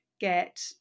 get